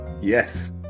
Yes